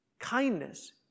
Kindness